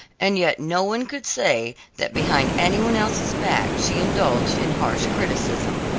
and yet no one could say that behind any one else's back she indulged in harsh criticism.